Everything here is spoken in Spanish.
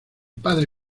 padre